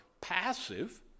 passive